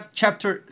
chapter